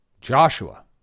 Joshua